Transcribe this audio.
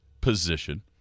position